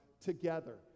together